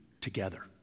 together